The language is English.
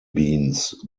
beans